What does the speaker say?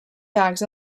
bags